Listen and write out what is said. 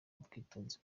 ubwitonzi